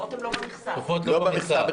דחופות לא במכסה רגילה.